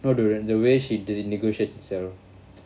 no the~ the way she d~ negotiates itself